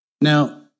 Now